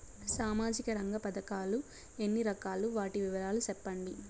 సామాజిక రంగ పథకాలు ఎన్ని రకాలు? వాటి వివరాలు సెప్పండి